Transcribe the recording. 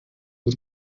b’u